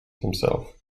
himself